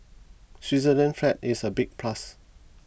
Switzerland's flag is a big plus